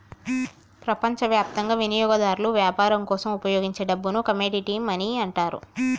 ప్రపంచవ్యాప్తంగా వినియోగదారులు వ్యాపారం కోసం ఉపయోగించే డబ్బుని కమోడిటీ మనీ అంటారు